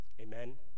Amen